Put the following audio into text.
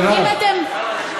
אם אתם,